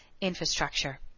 infrastructure